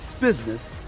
business